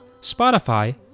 Spotify